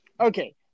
Okay